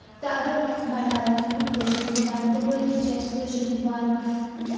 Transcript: تہٕ اَگر اَسہِ بَڑاوا چھُ دیُن کٲشِر زَبانہِ تہٕ وٲقف چھِ أسۍ کٲشِر زُبان